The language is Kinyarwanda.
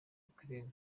ukraine